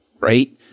right